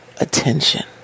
attention